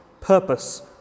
purpose